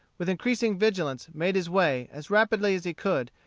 with increasing vigilance made his way, as rapidly as he could,